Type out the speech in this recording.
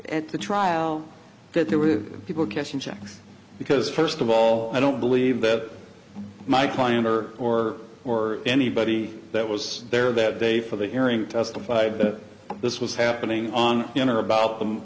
at the trial that there were people cashing checks because first of all i don't believe that my client or or or anybody that was there that day for the hearing testified that this was happening on you know about them